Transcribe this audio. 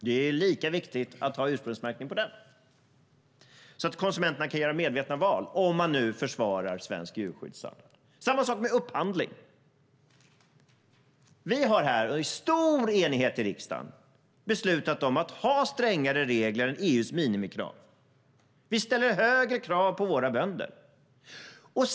Det är lika viktigt att ha ursprungsmärkning på osten så att konsumenterna kan göra medvetna val - om de försvarar svenskt djurskydd. Samma sak gäller upphandling. Vi har i stor enighet i riksdagen beslutat om att ha strängare regler än EU:s minimikrav. Vi ställer högre krav på våra bönder.